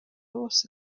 bose